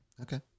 Okay